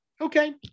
Okay